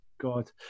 God